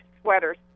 sweaters